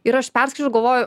ir aš perskaičiau ir galvoju